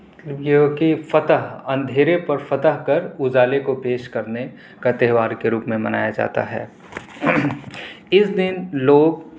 کیونکہ فتح اندھیرے پر فتح کر اجالے کو پیش کرنے کا تہوار کے روپ میں منایا جاتا ہے اس دن لوگ